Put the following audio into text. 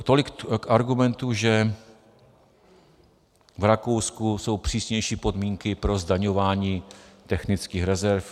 Tolik k argumentu, že v Rakousku jsou přísnější podmínky pro zdaňování technických rezerv.